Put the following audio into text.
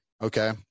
Okay